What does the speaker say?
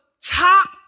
top